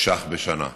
ש"ח בשנה.